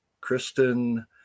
Kristen